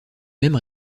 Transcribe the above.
mêmes